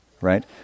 right